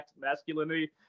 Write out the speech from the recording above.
masculinity